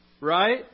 right